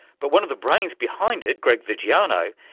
but one of the brains behind it, greg viggiano,